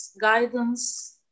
guidance